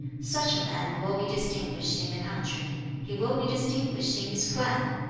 such a man will be distinguished in the country he will be distinguished in his clan.